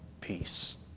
peace